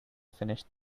finished